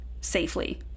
safely